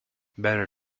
better